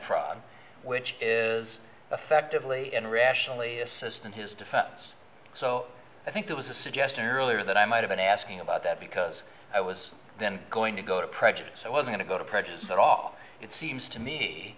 problem which is effectively in a recession only assistant his defense so i think there was a suggestion earlier that i might have been asking about that because i was then going to go to prejudice i was going to go to prejudice at all it seems to me